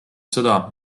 seda